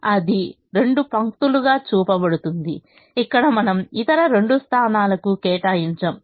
కాబట్టి అది రెండు పంక్తులుగా చూపబడుతుంది ఇక్కడ మనం ఇతర రెండు స్థానాలకు కేటాయించము